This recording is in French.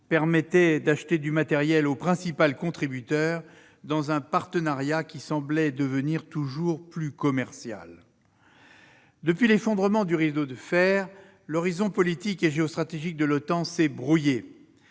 permettaient d'acheter du matériel au principal contributeur, dans un partenariat qui semblait devenir toujours plus commercial. Depuis l'effondrement du rideau de fer, l'horizon politique et géostratégique de l'OTAN s'est brouillé.